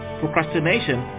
procrastination